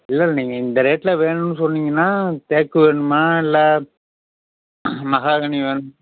இல்லைல்ல நீங்கள் இந்த ரேட்ல வேணும்ன்னு சொன்னிங்கன்னால் தேக்கு வேணுமா இல்லை மஹாகனி வேணும்